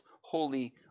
holy